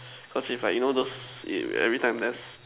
cause if like you know those if every time just